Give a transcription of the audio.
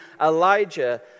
Elijah